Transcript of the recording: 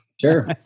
Sure